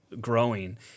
growing